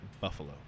buffalo